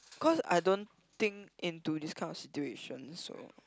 cause I don't think into this kind of situations so